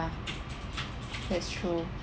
that's true